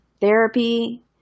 therapy